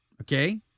Okay